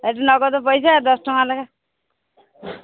ଏଠି ନଗଦ ପଇସା ଦଶ ଟଙ୍କା ଲାଖେଁ